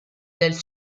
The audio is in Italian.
del